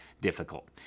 difficult